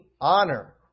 honor